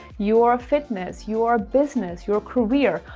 your fitness, your business, your career,